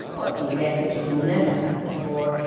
what do you get which you've never had before?